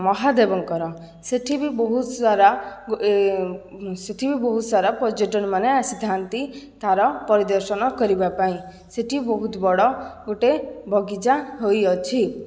ମହାଦେବଙ୍କର ସେଠି ବି ବହୁତ ସାରା ସେଠି ବି ବହୁତ ସାରା ପର୍ଯ୍ୟଟନମାନେ ଆସିଥାନ୍ତି ତା'ର ପରିଦର୍ଶନ କରିବା ପାଇଁ ସେଠି ବହୁତ ବଡ଼ ଗୋଟିଏ ବଗିଚା ହୋଇଅଛି